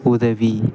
உதவி